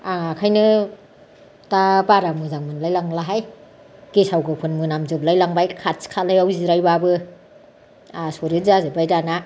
आं ओंखायनो दा बारा मोजां मोनलायलांलाहाय गेसाव गोफोन मोनाम जोबलाय लांबाय खाथि खालायाव जिरायबाबो आसरिथ जाजोब्बाय दानिया